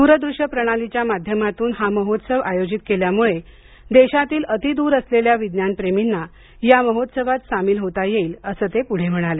दुर्दृष्य प्रणालीच्या माध्यमातून हा महोत्सव आयोजित केल्यामुळे देशातील अतिद्र असलेल्या विज्ञान प्रेमीना या महोत्सवात सामील होता येईल असं ते पुढे म्हणाले